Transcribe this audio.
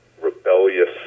rebellious